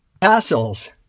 Castles